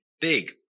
big